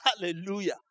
Hallelujah